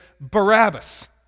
Barabbas